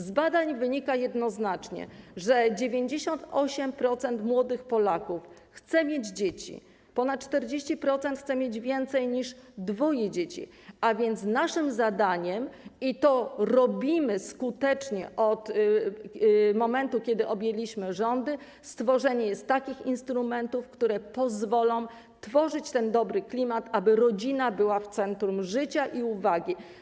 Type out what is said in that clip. Z badań wynika jednoznacznie, że 98% młodych Polaków chce mieć dzieci, ponad 40% chce mieć więcej niż dwoje dzieci, a więc naszym zadaniem - i to robimy skutecznie od momentu, kiedy objęliśmy rządy - jest stworzenie takich instrumentów, które pozwolą tworzyć ten dobry klimat, aby rodzina była w centrum życia i uwagi.